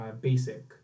basic